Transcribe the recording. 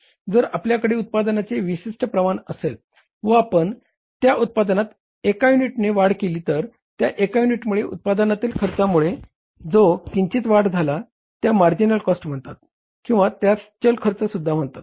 जर आपल्याकडे उत्पादनाचे विशिष्ट प्रमाण असेल व आपण त्या उत्पादनात एका युनिटने वाढ केली तर त्या एका युनिटमुळे उत्पादनातील खर्चामध्ये जो किंचित वाढ झाला त्यास मार्जिनल कॉस्ट म्हणतात किंवा त्यास चल खर्चसुद्धा म्हणतात